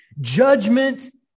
judgment